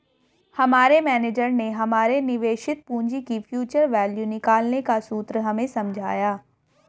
हमारे मेनेजर ने हमारे निवेशित पूंजी की फ्यूचर वैल्यू निकालने का सूत्र हमें समझाया